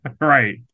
right